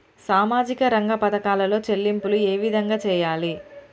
సామాజిక రంగ పథకాలలో చెల్లింపులు ఏ విధంగా చేయాలి?